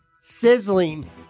sizzling